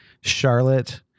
charlotte